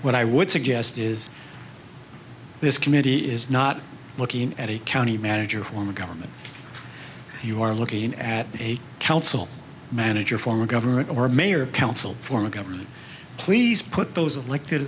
what i would suggest is this committee is not looking at a county manager form of government you are looking at a council manager form of government or mayor of council form of government please put those elected